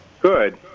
Good